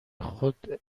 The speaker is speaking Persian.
خود